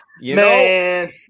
Man